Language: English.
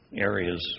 areas